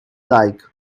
like